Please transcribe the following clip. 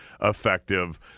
effective